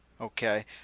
Okay